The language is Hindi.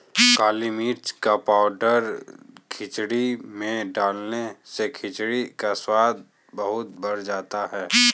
काली मिर्च का पाउडर खिचड़ी में डालने से खिचड़ी का स्वाद बहुत बढ़ जाता है